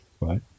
right